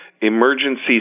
Emergency